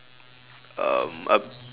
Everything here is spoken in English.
um uh